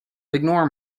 ignore